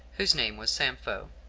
whose name was sampho,